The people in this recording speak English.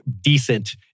decent